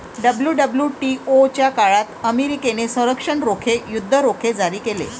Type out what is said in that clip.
WWTO च्या काळात अमेरिकेने संरक्षण रोखे, युद्ध रोखे जारी केले